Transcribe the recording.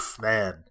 man